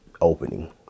opening